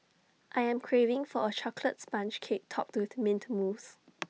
I am craving for A Chocolate Sponge Cake Topped with Mint Mousse